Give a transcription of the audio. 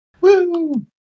Woo